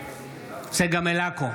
צגה מלקו,